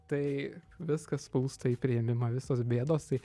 tai viskas plūsta į priėmimą visos bėdos tai